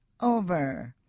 over